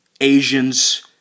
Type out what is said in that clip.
Asians